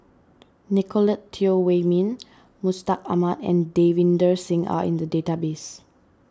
Nicolette Teo Wei Min Mustaq Ahmad and Davinder Singh are in the database